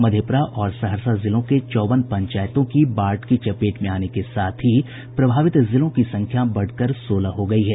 मधेप्रा और सहरसा जिलों के चौवन पंचायतों की बाढ़ की चपेट में आने के साथ ही प्रभावित जिलों की संख्या बढ़कर सोलह हो गयी है